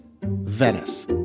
Venice